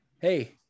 hey